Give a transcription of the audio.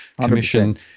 commission